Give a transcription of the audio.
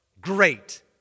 great